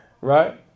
Right